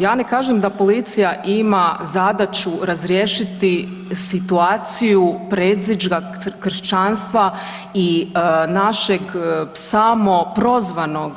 Ja ne kažem da policija ima zadaću razriješiti situaciju predziđa kršćanstva i našeg samoprozvanog